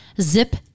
Zip